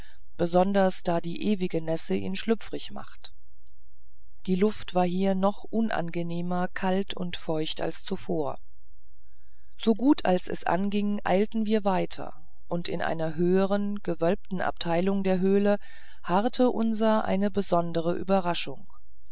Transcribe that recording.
besonders da die ewige nässe ihn schlüpfrig macht die luft war hier noch unangenehmer kalt und feucht als zuvor so gut als es anging eilten wir weiter und in einer höheren gewölbten abteilung der höhle harrte unser eine sonderbare überraschung